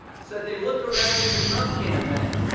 so they looked around at the trump campaign